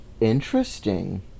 Interesting